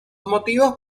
motivos